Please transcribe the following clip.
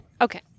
Okay